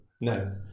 No